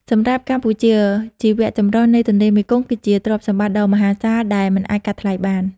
សម្រាប់កម្ពុជា ជីវៈចម្រុះនៃទន្លេមេគង្គគឺជាទ្រព្យសម្បត្តិដ៏មហាសាលដែលមិនអាចកាត់ថ្លៃបាន។